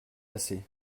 assez